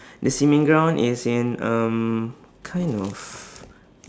the cement ground is in um kind of